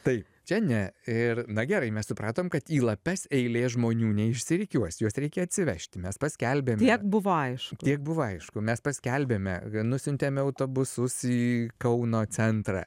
taip čia ne ir na gerai mes supratom kad į lapes eilė žmonių neišsirikiuos juos reikia atsivežti mes paskelbėm tiek buvo aišku tiek buvo aišku mes paskelbėme nusiuntėme autobusus į kauno centrą